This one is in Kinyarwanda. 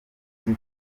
uzi